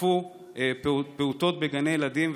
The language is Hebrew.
ותקפו פעוטות בגני ילדים,